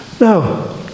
Now